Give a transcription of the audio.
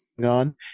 on